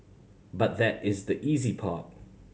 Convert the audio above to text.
but that is the easy part